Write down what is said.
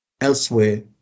Elsewhere